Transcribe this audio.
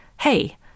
hey